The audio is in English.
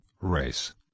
race